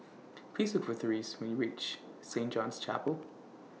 Please Look For Therese when YOU REACH Saint John's Chapel